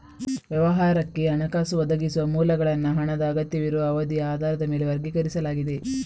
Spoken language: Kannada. ವ್ಯವಹಾರಕ್ಕೆ ಹಣಕಾಸು ಒದಗಿಸುವ ಮೂಲಗಳನ್ನು ಹಣದ ಅಗತ್ಯವಿರುವ ಅವಧಿಯ ಆಧಾರದ ಮೇಲೆ ವರ್ಗೀಕರಿಸಲಾಗಿದೆ